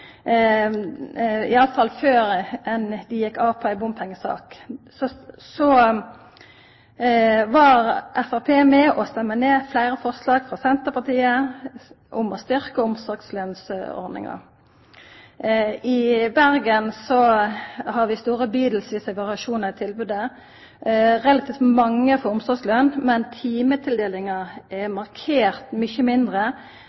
Bergen, iallfall før dei gjekk av på ei bompengesak, var Framstegspartiet med på å stemma ned fleire forslag frå Senterpartiet om å styrkja omsorgslønsordninga. I Bergen har vi store bydelsvise variasjonar i tilbotet: Relativt mange får omsorgsløn, men timetildelinga er markert mykje mindre